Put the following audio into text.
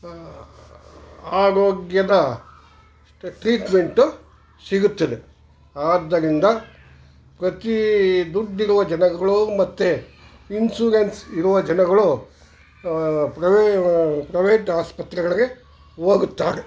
ಆರೋಗ್ಯದ ಟ್ರೀಟ್ಮೆಂಟು ಸಿಗುತ್ತದೆ ಆದ್ದರಿಂದ ಪ್ರತಿ ದುಡ್ಡಿರುವ ಜನಗಳು ಮತ್ತೆ ಇನ್ಸೂರೆನ್ಸ್ ಇರುವ ಜನಗಳು ಪ್ರವೇ ಪ್ರವೇಟ್ ಆಸ್ಪತ್ರೆಗಳಿಗೆ ಹೋಗುತ್ತಾರೆ